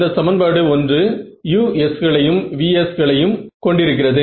இந்த சமன்பாடு 1 u's களையும் v's களையும் கொண்டிருக்கிறது